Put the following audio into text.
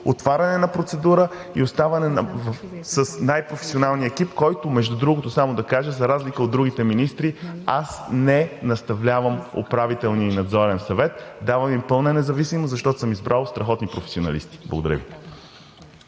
отваряне на процедура и оставане с най-професионалния екип, който, между другото, само да кажа – за разлика от другите министри, аз не наставлявам Управителния и Надзорния съвет, давам им пълна независимост, защото съм избрал страхотни професионалисти. Благодаря Ви.